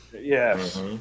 Yes